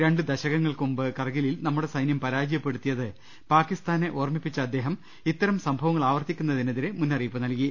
രണ്ട് ദശകങ്ങൾക്ക് മുമ്പ് കർഗി ലിൽ നമ്മുടെ സൈന്യം പരാജയപ്പെടുത്തിയത് പാക്കിസ്ഥാനെ ഓർമ്മിപ്പിച്ച അദ്ദേഹം ഇത്തരം സംഭവങ്ങൾ ആവർത്തിക്കുന്ന തിനെതിരെ മുന്നറിയിപ്പ് നൽകി